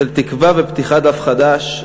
של תקווה ופתיחת דף חדש,